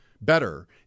better